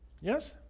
Yes